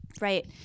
right